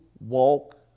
Walk